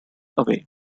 away